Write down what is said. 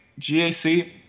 GAC